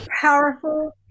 powerful